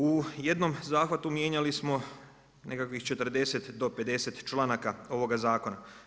U jednom zahvatu mijenjali smo nekakvih 40 do 50 članaka ovoga zakona.